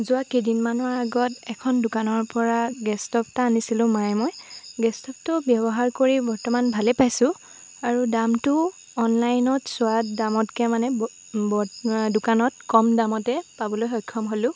যোৱা কেইদিনমানৰ আগত এখন দোকানৰ পৰা গেছ ষ্টোভ এটা আনিছিলোঁ মায়ে ময়ে গেছ ষ্টোভটো ব্যৱহাৰ কৰি বৰ্তমান ভালেই পাইছোঁ আৰু দামটো অনলাইনত চোৱা দামতকৈ মানে দোকানত কম দামতে পাবলৈ সক্ষম হ'লোঁ